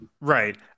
right